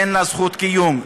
אין לה זכות קיום,